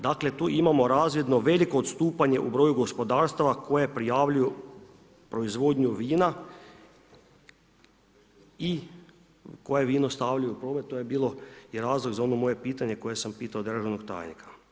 Dakle, tu imamo razvidno veliko odstupanje u broju gospodarstava koje prijavljuju proizvodnju vina i koje vino stavljaju u … to je bilo i razlog za ono moje pitanje koje sam pitao državnog tajnika.